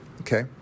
Okay